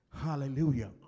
Hallelujah